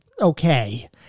okay